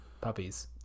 Puppies